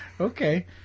Okay